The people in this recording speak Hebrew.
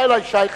בא אלי שי חרמש,